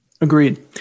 Agreed